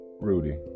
Rudy